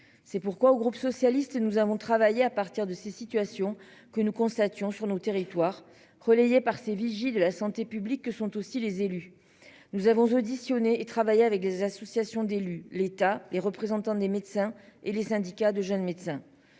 C'est pourquoi au groupe socialiste, nous avons travaillé à partir de ces situations que nous constatons sur nos territoires relayé par ces vigies de la santé publique que sont aussi les élus. Nous avons auditionné et travaillé avec les associations d'élus, l'État, les représentants des médecins, et les syndicats de jeunes médecins.